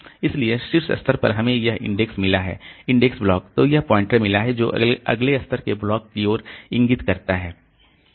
इसलिए शीर्ष स्तर पर हमें यह इंडेक्स मिला है इंडेक्स ब्लॉक तो यह पॉइंटर्स मिला है जो अगले स्तर के ब्लॉक की ओर इंगित करता है